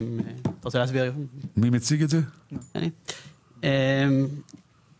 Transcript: בגלל שאנחנו רוצים למקד את זה גם לאנשים שזו הדירה היחידה שלהם